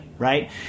Right